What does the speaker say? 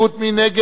מי נגד?